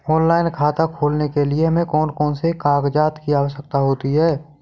Online खाता खोलने के लिए हमें कौन कौन से कागजात की आवश्यकता होती है?